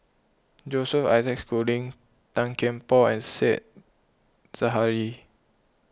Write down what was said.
Joseph Isaac Schooling Tan Kian Por and Said Zahari